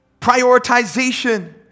prioritization